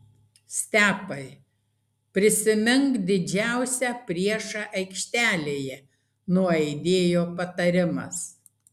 stepai prisimink didžiausią priešą aikštelėje nuaidėjo patarimas